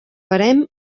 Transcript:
farem